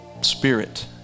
Spirit